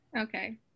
Okay